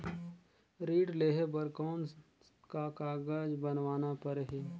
ऋण लेहे बर कौन का कागज बनवाना परही?